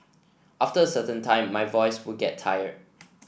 after a certain time my voice would get tired